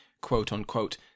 quote-unquote